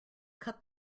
cut